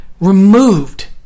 removed